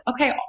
okay